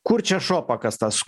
kur čia šuo pakastas